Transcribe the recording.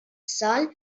sol